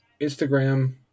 Instagram